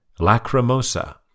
Lacrimosa